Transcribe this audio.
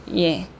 yeah